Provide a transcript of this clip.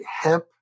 hemp